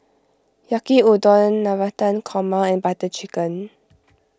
Yaki Udon Navratan Korma and Butter Chicken